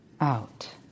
out